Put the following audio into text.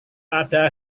pada